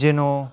जेन'